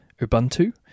Ubuntu